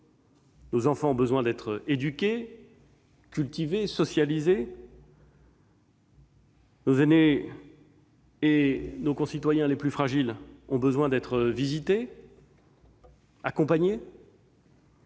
Nos enfants ont besoin d'être éduqués, cultivés, socialisés. Nos aînés et nos concitoyens les plus fragiles ont besoin d'être visités, accompagnés.